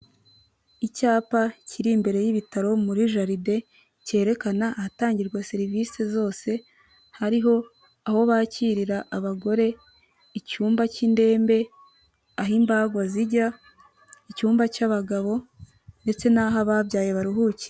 Icyapa kiri imbere y'ibitaro muri jaride, kerekana ahatangirwa serivisi zose, hariho aho bakirira abagore, icyumba k'indembe, aho imbaho zijya, icyumba cy'abagabo ndetse n'aho ababyaye baruhukira.